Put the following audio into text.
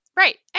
Right